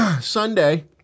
Sunday